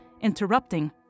interrupting